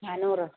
നാന്നൂറ്